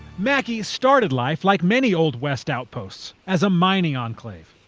mackay started life like many old west outposts, as a mining enclave.